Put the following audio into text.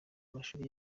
amashuri